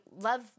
love